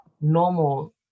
normal